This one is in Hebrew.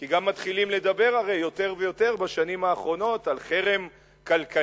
כי הרי בשנים האחרונות מתחילים לדבר יותר ויותר על חרם כלכלי,